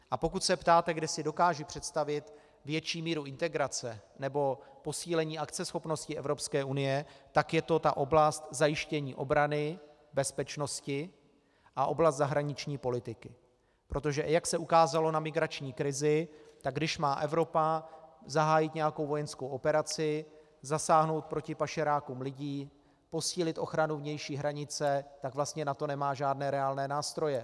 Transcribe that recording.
A pokud se ptáte, kde si dokážu představit větší míru integrace nebo posílení akceschopnosti Evropské unie, tak je to ta oblast zajištění obrany, bezpečnost a oblast zahraniční politiky, protože jak se ukázalo na migrační krizi, tak když má Evropa zahájit nějakou vojenskou operaci, zasáhnout proti pašerákům lidí, posílit ochranu vnější hranice, tak vlastně na to nemá žádné reálné nástroje.